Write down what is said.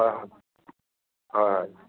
অ' হয় হয়